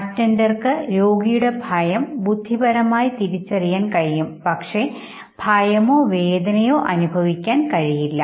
അറ്റൻഡർക്ക് രോഗിയുടെ ഭയം ബുദ്ധിപരമായി തിരിച്ചറിയാൻ കഴിയും പക്ഷേ ഭയമോ വേദനയോ അനുഭവിക്കാൻ കഴിയില്ല